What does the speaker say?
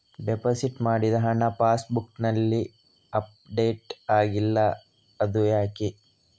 Deposit ಮಾಡಿದ ಹಣ ಪಾಸ್ ಬುಕ್ನಲ್ಲಿ ಅಪ್ಡೇಟ್ ಆಗಿಲ್ಲ ಅದು ಯಾಕೆ?